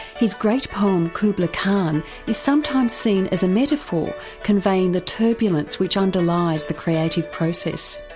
his great poem kubla kahn is sometimes seen as a metaphor conveying the turbulence which underlies the creative process.